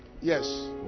yes